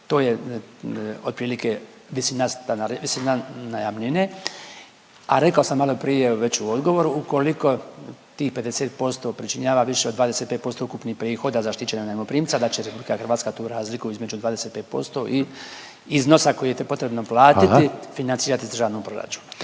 visina stanarine, visina najamnine, a rekao sam maloprije već u odgovoru ukoliko tih 50% pričinjava više od 25% ukupnih prihoda zaštićenog najmoprimca da će RH tu razliku između 25% i iznosa koji je potrebno platiti …/Upadica Reiner: